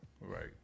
right